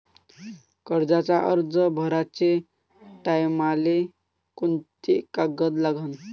कर्जाचा अर्ज भराचे टायमाले कोंते कागद लागन?